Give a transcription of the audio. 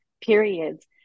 periods